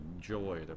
joy